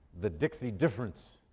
the dixie difference,